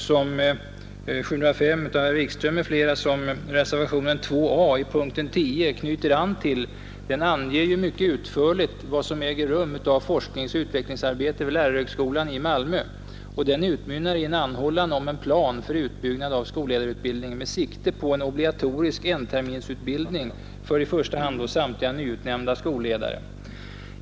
Motionen 705 av herr Wikström m.fl., som reservationen 2 a vid punkten 10 knyter an till, anger ju mycket utförligt vad som äger rum i fråga om forskningsoch utvecklingsarbete vid lärarhögskolan i Malmö och den utmynnar i en anhållan om en plan för utbyggnad av skolledarutbildningen med sikte på en obligatorisk enterminsutbildning för i första hand samtliga nyutnämnda skolledare.